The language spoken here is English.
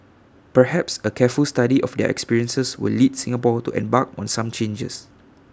perhaps A careful study of their experiences will lead Singapore to embark on some changes